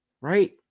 right